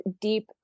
deep